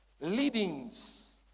Leadings